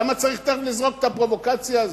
למה צריך תיכף לזרוק את הפרובוקציה הזאת?